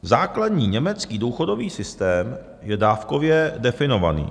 Základní německý důchodový systém je dávkově definovaný.